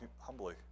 humbly